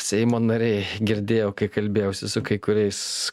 seimo nariai girdėjau kai kalbėjausi su kai kuriais